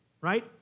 right